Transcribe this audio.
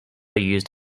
used